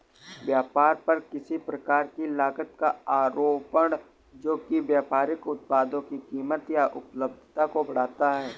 व्यापार पर किसी प्रकार की लागत का आरोपण जो कि व्यापारिक उत्पादों की कीमत या उपलब्धता को बढ़ाता है